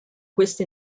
queste